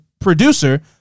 producer